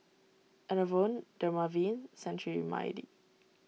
Enervon Dermaveen Cetrimide